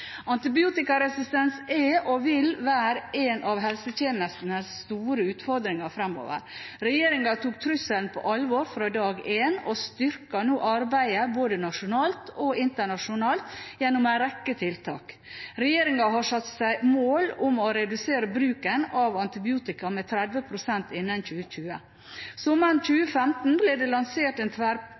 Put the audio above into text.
Antibiotikaresistens er og vil være en av helsetjenestens store utfordringer fremover. Regjeringen tok trusselen på alvor fra dag én og styrker nå arbeidet både nasjonalt og internasjonalt gjennom en rekke tiltak. Regjeringen har satt seg mål om å redusere bruken av antibiotika med 30 pst. innen 2020. Sommeren 2015 ble det lansert en